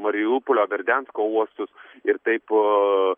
mariupolio berdiansko uostus ir taip